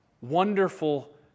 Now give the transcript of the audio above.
wonderful